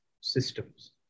systems